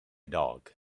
dog